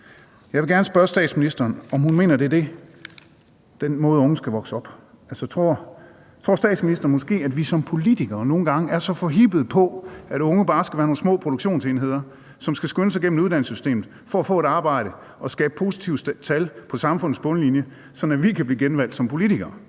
Jeg vil gerne spørge statsministeren, om hun mener, at det er den måde, unge skal vokse op på. Altså, tror statsministeren måske, at vi som politikere nogle gange er så forhippede på, at unge bare skal være nogle små produktionsenheder, som skal skynde sig igennem uddannelsessystemet for at få et arbejde og skabe positive tal på samfundets bundlinje, så vi kan blive genvalgt som politikere?